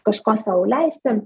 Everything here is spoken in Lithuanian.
kažko sau leisti